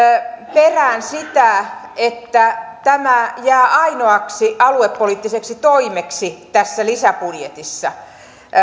perään sitä että tämä jää ainoaksi aluepoliittiseksi toimeksi tässä lisäbudjetissa